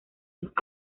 dos